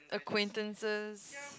aquintances